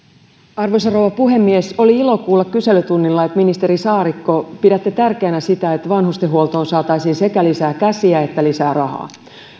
arvoisa rouva puhemies oli ilo kuulla kyselytunnilla että ministeri saarikko pidätte tärkeänä sitä että vanhustenhuoltoon saataisiin sekä lisää käsiä että lisää rahaa